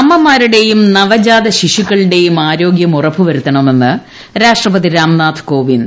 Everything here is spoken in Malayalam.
അമ്മമാരുടെയും നവജാതശിശുക്കളുടെയും ആരോഗ്യം ഉറപ്പ് വരുത്തണമെന്ന് രാഷ്ട്രപതി രാംനാഥ് കോവിന്ദ്